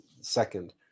second